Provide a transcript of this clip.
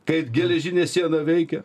kaip geležinė siena veikė